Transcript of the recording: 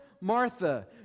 Martha